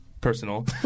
Personal